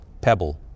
pebble